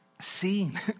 seen